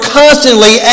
constantly